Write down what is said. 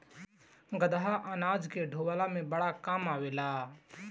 गदहा अनाज के ढोअला में बड़ा काम आवेला